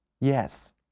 yes